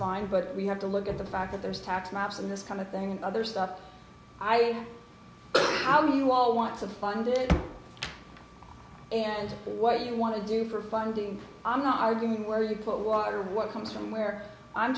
fine but we have to look at the fact that there's tax maps in this kind of thing and other stuff i know how you all want to find it and what you want to do for funding i'm not arguing where you put water what comes from where i'm